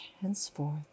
henceforth